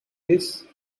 list